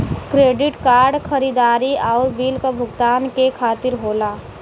credit card खरीदारी आउर bill क भुगतान के खातिर होला